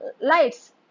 lights